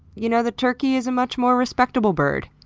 you know, the turkey is a much more respectable bird.